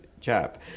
chap